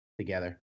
together